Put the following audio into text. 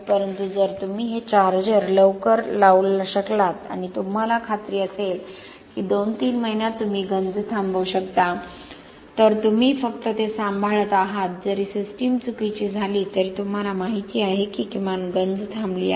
परंतु जर तुम्ही हे चार्जर लवकर लावू शकलात आणि तुम्हाला खात्री असेल की 2 3 महिन्यांत तुम्ही गंज थांबवू शकता तर तुम्ही फक्त ते सांभाळत आहात जरी सिस्टम चुकीचे झाले तरी तुम्हाला माहित आहे की किमान गंज थांबली आहे